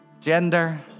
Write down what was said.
gender